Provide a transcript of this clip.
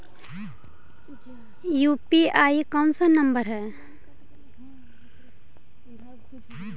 UPI कोन सा number हैं?